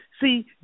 See